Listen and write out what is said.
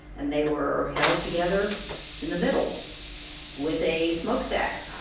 and they were held together in the middle with a smokestack.